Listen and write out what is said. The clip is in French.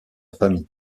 famille